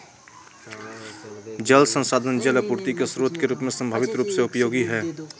जल संसाधन जल आपूर्ति के स्रोत के रूप में संभावित रूप से उपयोगी हइ